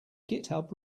github